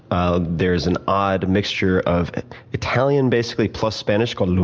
ah there is an odd mixture of italian, basically, plus spanish called.